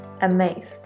amazed